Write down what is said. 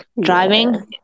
Driving